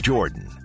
Jordan